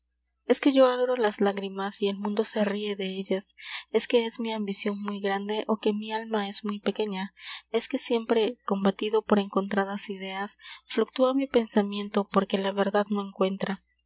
es que yo adoro las lágrimas y el mundo se rie de ellas es que es mi ambicion muy grande ó que mi alma es muy pequeña es que siempre combatido por encontradas ideas fluctúa mi pensamiento por que la verdad no encuentra